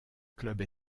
club